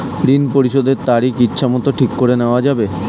ঋণ পরিশোধের তারিখ ইচ্ছামত ঠিক করে নেওয়া যাবে?